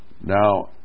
Now